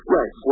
Right